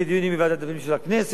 יהיו דיונים בוועדת הפנים של הכנסת,